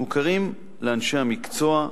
מוכרים לאנשי המקצוע,